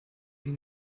sie